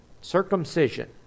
Circumcision